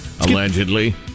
Allegedly